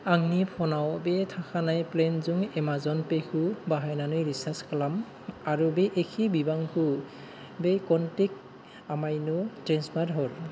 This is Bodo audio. आंनि फ'नाव बे थाखानाय प्लेनजों एमाजन पेखौ बाहायनानै रिचार्ज खालाम आरो बे एखे बिबांखौ बे क'नटेक्ट आमायनो ट्रेन्सफार हर